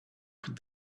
could